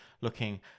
looking